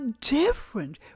different